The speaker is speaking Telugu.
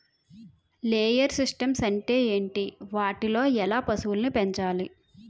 లేయర్ సిస్టమ్స్ అంటే ఏంటి? వాటిలో ఎలా పశువులను పెంచాలి?